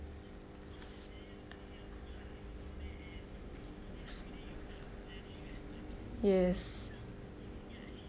yes